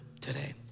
today